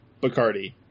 Bacardi